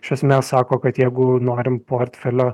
iš esmės sako kad jeigu norim portfelio